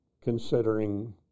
considering